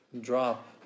drop